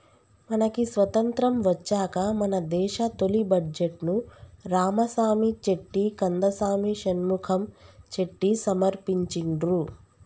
మనకి స్వతంత్రం వచ్చాక మన దేశ తొలి బడ్జెట్ను రామసామి చెట్టి కందసామి షణ్ముఖం చెట్టి సమర్పించిండ్రు